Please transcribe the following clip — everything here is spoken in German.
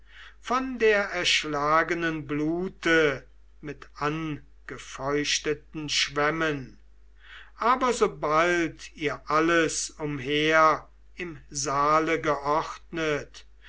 von der erschlagenen blute mit angefeuchteten schwämmen aber sobald ihr alles umher im saale geordnet